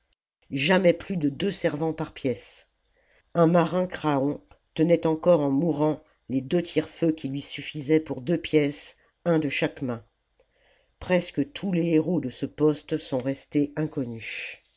jamais plus de deux servants par pièce un marin craon tenait encore en mourant les deux tire feu qui lui suffisaient pour deux pièces un de chaque main presque tous les héros de ce poste sont restés inconnus